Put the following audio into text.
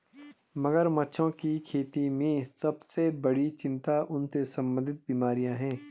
मगरमच्छों की खेती में सबसे बड़ी चिंता उनसे संबंधित बीमारियां हैं?